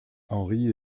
henry